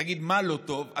תגיד מה לא טוב,